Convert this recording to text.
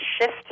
shift